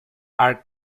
are